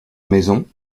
maison